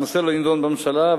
הנושא לא נדון בממשלה,